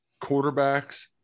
quarterbacks